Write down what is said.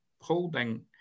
holding